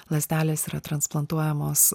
ląstelės yra transplantuojamos